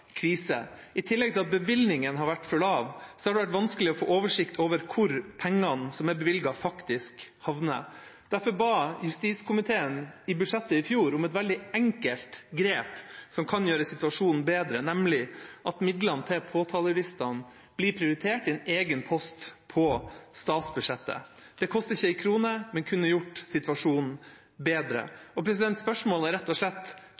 krise. I tillegg til at bevilgningene har vært for lave, har det vært vanskelig å få oversikt over hvor pengene som er bevilget, faktisk havner. Derfor ba justiskomiteen i budsjettet i fjor om et veldig enkelt grep som kunne gjort situasjonen bedre, nemlig at midlene til påtalejuristene ble prioritert i en egen post på statsbudsjettet. Det koster ikke en krone, men kunne gjort situasjonen bedre. Spørsmålet er rett og slett: